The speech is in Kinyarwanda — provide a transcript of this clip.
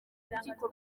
urukiko